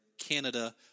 Canada